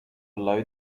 below